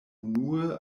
unue